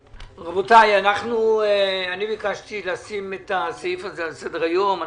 רבותי, ביקשתי לשים את הנושא הזה על סדר היום.